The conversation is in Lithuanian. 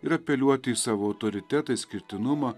ir apeliuoti į savo autoritetą išskirtinumą